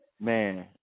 Man